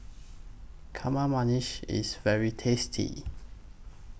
Kamameshi IS very tasty